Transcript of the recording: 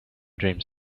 dreams